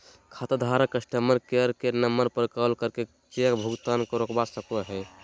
खाताधारक customer care के number पर कॉल करके चेक भुगतान रोकवा सको हय